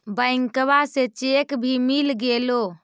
बैंकवा से चेक भी मिलगेलो?